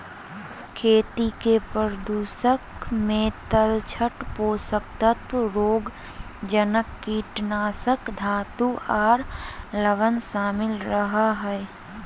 खेती के प्रदूषक मे तलछट, पोषक तत्व, रोगजनक, कीटनाशक, धातु आर लवण शामिल रह हई